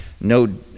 no